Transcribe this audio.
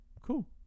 cool